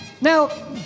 Now